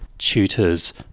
tutors